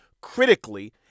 critically